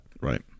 Right